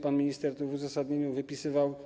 Pan minister to w uzasadnieniu wypisywał.